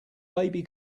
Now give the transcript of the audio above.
baby